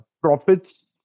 Profits